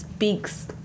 speaks